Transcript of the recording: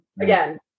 Again